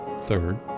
Third